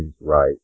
right